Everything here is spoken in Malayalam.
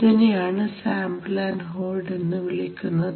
ഇതിനെ ആണ് സാമ്പിൾ ആൻഡ് ഹോൾഡ് എന്നു വിളിക്കുന്നത്